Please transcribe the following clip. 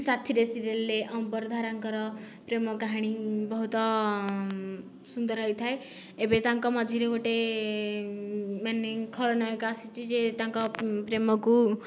ସାଥିରେ ସିରିଏଲରେ ଅମ୍ବର ଧାରାଙ୍କର ପ୍ରେମ କାହାଣୀ ବହୁତ ସୁନ୍ଦର ହୋଇଥାଏ ଏବେ ତାଙ୍କ ମଝିରେ ଗୋଟିଏ ମାନେ ଖଳନାୟକ ଆସିଛି ଯେ ତାଙ୍କ ପ୍ରେମକୁ